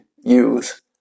use